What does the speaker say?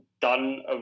done